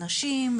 נשים,